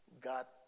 got